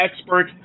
expert